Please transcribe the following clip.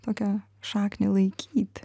tokią šaknį laikyti